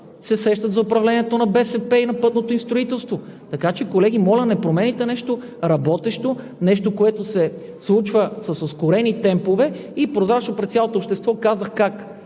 се сещат за управлението на БСП и за пътното им строителство. Колеги, моля, не променяйте нещо работещо, нещо, което се случва с ускорени темпове и прозрачно пред цялото общество. Казах как